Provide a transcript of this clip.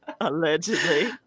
Allegedly